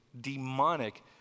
demonic